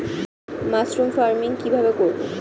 Mushroom farming কি ভাবে করব?